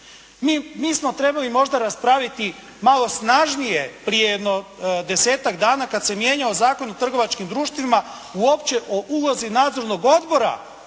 Mi smo trebali možda raspraviti malo snažnije prije jedno desetak dana kad se mijenjao Zakon o trgovačkim društvima uopće o ulozi nadzornog odbora